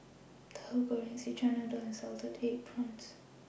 Tauhu Goreng Szechuan Noodle and Salted Egg Prawns